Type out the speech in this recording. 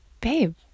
Babe